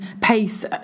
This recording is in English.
pace